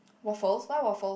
waffles why waffles